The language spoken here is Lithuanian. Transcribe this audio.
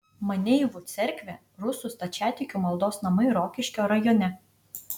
maineivų cerkvė rusų stačiatikių maldos namai rokiškio rajone